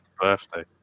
birthday